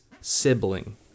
sibling